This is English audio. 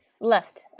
Left